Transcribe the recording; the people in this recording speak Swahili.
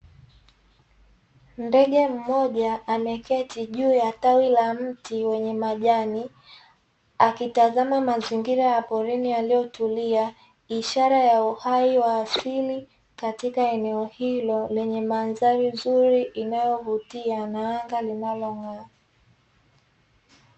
Ndege mmoja ameketi juu ya tawi la mti wenye majani akitazama mazingira ya porini yaliyotulia. Ishara ya uhai wa asili katika eneo hilo lenye mandhari nzuri inayovutia na anga linalong'aa.